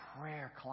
prayer